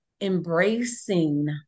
embracing